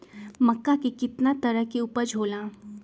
मक्का के कितना तरह के उपज हो ला?